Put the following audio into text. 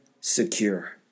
secure